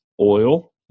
oil